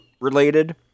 related